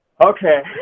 Okay